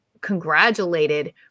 congratulated